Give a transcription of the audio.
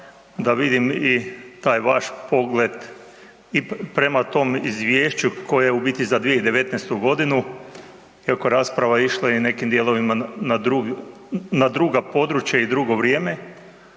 da vidim i taj vaš pogled prema tom izvješću koje je u biti za 2019. g., iako je rasprava išla i u nekim dijelovima na druga područja i drugo vrijeme,